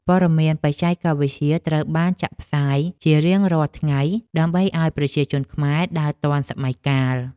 ព័ត៌មានបច្ចេកវិទ្យាត្រូវបានចាក់ផ្សាយជារៀងរាល់ថ្ងៃ ដើម្បីឱ្យប្រជាជនខ្មែរដើរទាន់សម័យកាល។